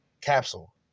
Capsule